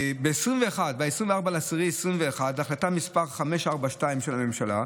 ב-24 באוקטובר 2021, בהחלטה מס' 542 של הממשלה,